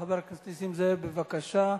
חבר הכנסת נסים זאב, בבקשה,